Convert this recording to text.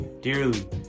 dearly